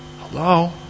hello